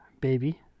Baby